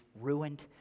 ruined